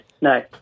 No